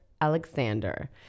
Alexander